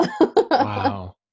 Wow